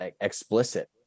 explicit